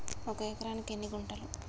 ఒక ఎకరానికి ఎన్ని గుంటలు?